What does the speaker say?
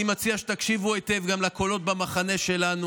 אני מציע שתקשיבו היטב גם לקולות במחנה שלנו.